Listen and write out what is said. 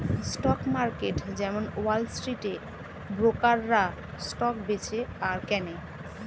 stock market যেমন wall স্ট্রিটে ব্রোকাররা স্টক বেচে আর কেনে